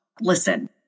listen